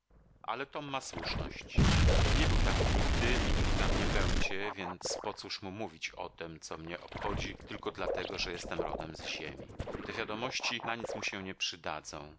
ale tom ma słuszność nie był tam nigdy i nigdy tam nie będzie więc pocóż mu mówić o tem co mnie obchodzi tylko dlatego że jestem rodem z ziemi te wiadomości na nic mu się nie przydadzą